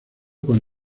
con